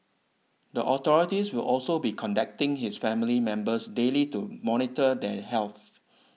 the authorities will also be contacting his family members daily to monitor their health